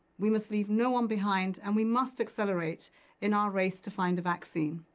we must leave no one behind, and we must accelerate in our race to find a vaccine.